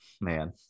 Man